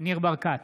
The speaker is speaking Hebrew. ניר ברקת,